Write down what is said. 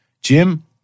Jim